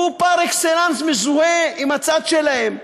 הוא פר-אקסלנס מזוהה עם הצד שלהם,